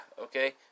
Okay